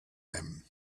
them